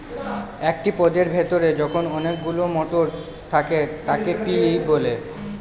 একটি পদের ভেতরে যখন অনেকগুলো মটর থাকে তাকে পি বলে